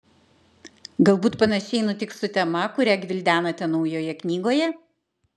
galbūt panašiai nutiks su tema kurią gvildenate naujoje knygoje